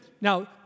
Now